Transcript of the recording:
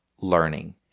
learning